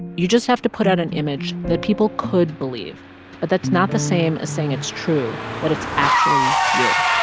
you just have to put out an image that people could believe but that's not the same as saying it's true, that it's actually you